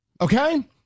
Okay